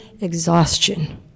exhaustion